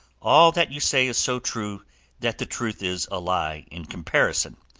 all that you say is so true that the truth is a lie in comparison.